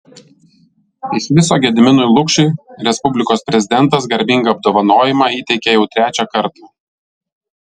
iš viso gediminui lukšiui respublikos prezidentas garbingą apdovanojimą įteikė jau trečią kartą